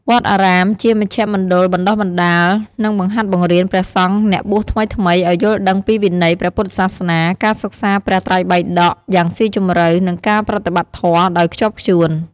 វត្តអារាមជា មណ្ឌលបណ្តុះបណ្តាល និងបង្ហាត់បង្រៀនព្រះសង្ឃអ្នកបួសថ្មីៗឲ្យយល់ដឹងពីវិន័យព្រះពុទ្ធសាសនា ការសិក្សាព្រះត្រៃបិដកយ៉ាងស៊ីជម្រៅ និងការប្រតិបត្តិធម៌ដោយខ្ជាប់ខ្ជួន។